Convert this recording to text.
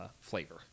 flavor